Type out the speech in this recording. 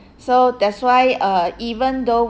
so that's why uh even though